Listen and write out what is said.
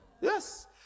Yes